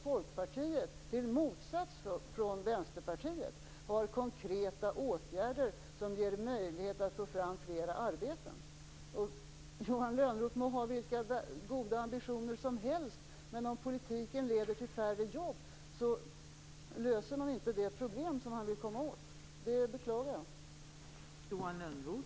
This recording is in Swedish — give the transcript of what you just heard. Folkpartiet har i motsats till Vänsterpartiet förslag till konkreta åtgärder som ger möjlighet att få fram fler arbeten. Johan Lönnroth må ha vilka goda ambitioner som helst, men om politiken leder till färre jobb löser han inte det problem som han vill komma åt. Jag beklagar det.